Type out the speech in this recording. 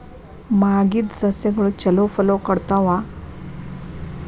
ಮಾಗಿದ್ ಸಸ್ಯಗಳು ಛಲೋ ಫಲ ಕೊಡ್ತಾವಾ?